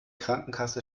krankenkasse